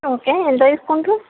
okay ఎంత తీసుకుంటారు